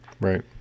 Right